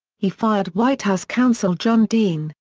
he fired white house counsel john dean,